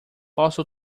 posso